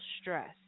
stress